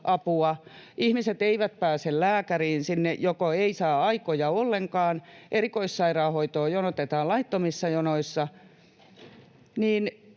apua ja ihmiset eivät pääse lääkäriin — sinne joko ei saa aikoja ollenkaan tai erikoissairaanhoitoon jonotetaan laittomissa jonoissa.